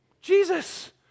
Jesus